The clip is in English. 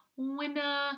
winner